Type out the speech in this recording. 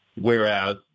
Whereas